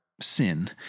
sin